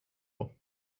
war